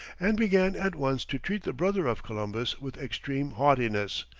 and began at once to treat the brother of columbus with extreme haughtiness,